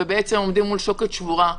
ועומדים מול שוקת שבורה.